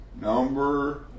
Number